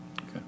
Okay